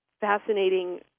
fascinating